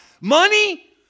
Money